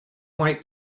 white